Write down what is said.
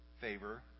favor